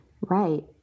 Right